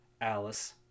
Alice